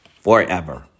forever